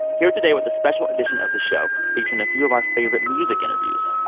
here today with a special edition of the show, featuring a few of our favorite music interviews.